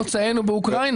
מוצאנו מאוקראינה,